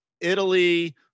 Italy